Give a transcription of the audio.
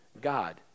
God